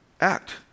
act